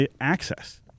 access